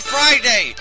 Friday